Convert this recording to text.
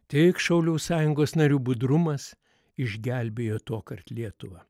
tik šaulių sąjungos narių budrumas išgelbėjo tuokart lietuvą